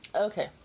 okay